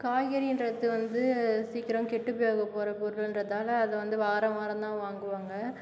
காய்கறிகிறது வந்து சீக்கிரம் கெட்டு போகிற பொருளுகிறதால அதுவந்து வாரா வாரம்தான் வாங்குவாங்க